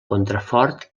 contrafort